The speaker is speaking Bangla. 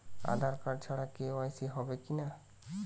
আধার কার্ড ছাড়া কে.ওয়াই.সি হবে কিনা?